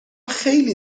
خیلی